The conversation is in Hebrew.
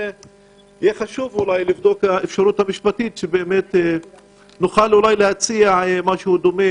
יהיה חשוב אולי לבדוק את האפשרות המשפטית שנוכל אולי להציע משהו דומה,